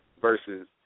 versus